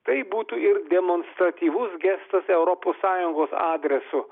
tai būtų ir demonstratyvus gestas europos sąjungos adresu